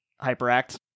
Hyperact